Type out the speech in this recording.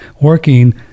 working